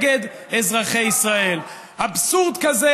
אבסורד כזה,